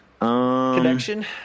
Connection